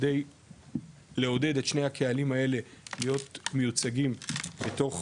כדי לעודד את שני הקהלים האלה, להיות מיוצגים בתוך